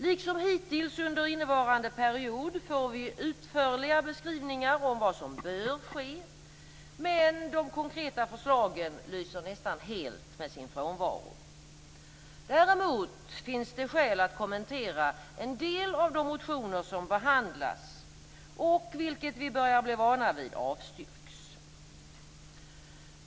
Liksom hittills under innevarande period får vi utförliga beskrivningar om vad som bör ske, men de konkreta förslagen lyser nästan helt med sin frånvaro. Däremot finns det skäl att kommentera en del av de motioner som behandlas och, vilket vi börjar bli vana vid, avstyrks.